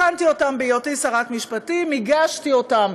הכנתי אותם בהיותי שרת משפטים, והגשתי אותם